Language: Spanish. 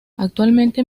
actualmente